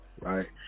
Right